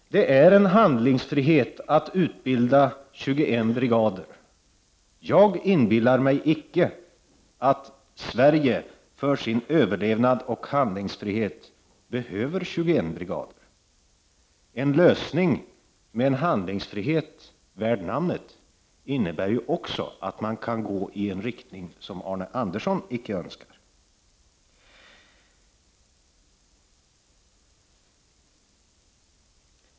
Det är en handlingsfrihet att utbilda 21 brigader. Jag inbillar mig icke att Sverige för sin överlevnad och handlingsfrihet 15 behöver 21 brigader. En lösning med en handlingsfrihet värd namnet, innebär också att man kan gå i en riktning som Arne Andersson i Ljung icke önskar.